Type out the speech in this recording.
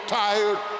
tired